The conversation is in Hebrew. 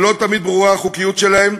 שלא תמיד ברורה החוקיות שלהם,